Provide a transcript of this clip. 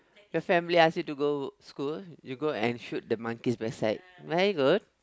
your family ask you to go school you go and shoot the monkey's backside very good